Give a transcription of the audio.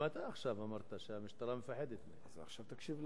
גם אתה אמרת עכשיו שהמשטרה מפחדת מהם.